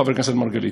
חבר הכנסת מרגלית,